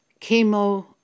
chemo